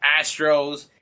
Astros